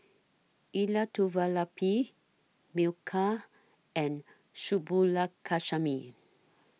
Elattuvalapil Milkha and Subbulakshmi